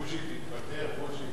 בוז'י, תתפטר, בוז'י.